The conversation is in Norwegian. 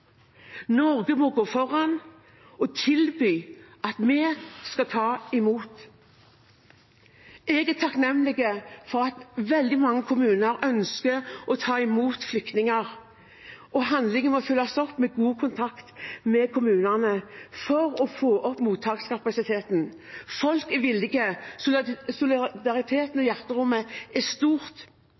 Norge må gå foran og tilby at vi skal ta imot. Jeg er takknemlig for at veldig mange kommuner ønsker å ta imot flyktninger. Handlingen må følges opp med god kontakt med kommunene for å få opp mottakskapasiteten. Folk er villige – solidariteten og hjerterommet er stort,